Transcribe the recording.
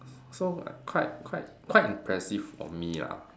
so like quite quite quite impressive for me ah